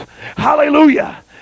hallelujah